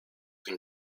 can